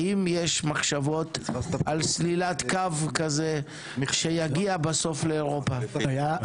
האם יש מחשבות על סלילת קו כזה שיגיע בסוף לאירופה?